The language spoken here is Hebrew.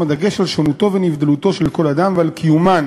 דגש על שונותו ונבדלותו של כל אדם ועל קיומן